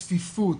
בגלל צפיפות,